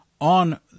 on